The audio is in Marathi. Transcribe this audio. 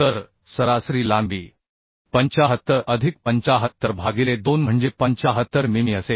तर सरासरी लांबी 75 अधिक 75 भागिले 2 म्हणजे 75 मिमी असेल